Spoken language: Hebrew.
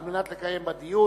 על מנת לקיים בה דיון.